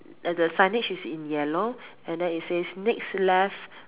the signage is in yellow and then it says next left